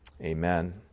Amen